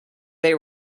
they